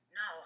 no